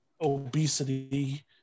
obesity